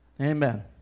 Amen